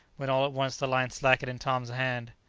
when all at once the line slackened in tom's hand.